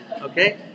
Okay